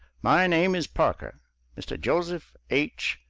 my name is parker mr. joseph h.